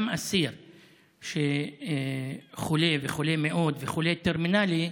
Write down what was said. גם אסיר שחולה, וחולה מאוד, חולה טרמינלי,